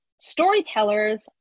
storytellers